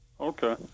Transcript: Okay